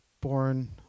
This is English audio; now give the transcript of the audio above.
born